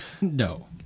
No